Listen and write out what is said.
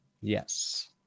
Yes